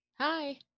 Hi